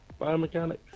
Biomechanics